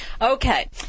Okay